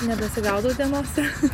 nebesigaudau dienose